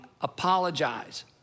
apologize